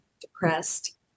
depressed